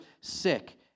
sick